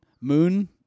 Moon